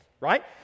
right